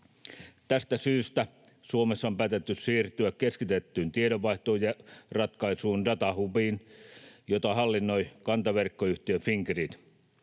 Tästä syystä Suomessa on päätetty siirtyä keskitettyyn tiedonvaihtoon ja ratkaisuun, datahubiin, jota hallinnoi kantaverkkoyhtiö Fingrid.